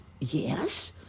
Yes